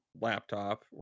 laptop